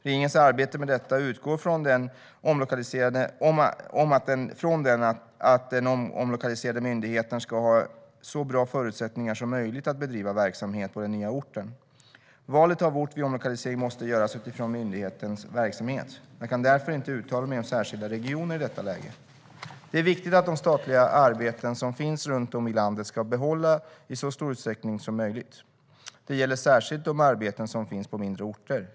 Regeringens arbete med detta utgår från att den omlokaliserade myndigheten ska ha så bra förutsättningar som möjligt att bedriva verksamhet på den nya orten. Valet av ort vid omlokalisering måste göras utifrån myndighetens verksamhet. Jag kan därför inte uttala mig om särskilda regioner i detta läge. Det är viktigt att de statliga arbeten som finns runt om i landet kan behållas i så stor utsträckning som möjligt. Det gäller särskilt de arbeten som finns på mindre orter.